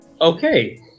Okay